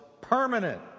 permanent